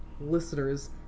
listeners